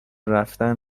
رفتن